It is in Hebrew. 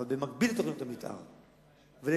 אבל במקביל לתוכניות המיתאר וליישובים,